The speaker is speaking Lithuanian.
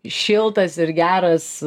šiltas ir geras